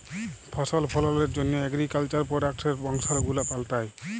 ফসল ফললের জন্হ এগ্রিকালচার প্রডাক্টসের বংশালু গুলা পাল্টাই